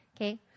Okay